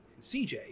CJ